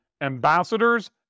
ambassadors